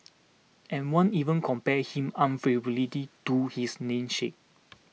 and one even compared him to his namesake